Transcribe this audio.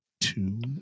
two